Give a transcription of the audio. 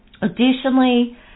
additionally